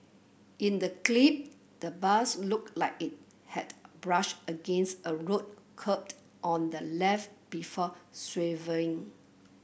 in the clip the bus looked like it had brushed against a road curb on the left before swerving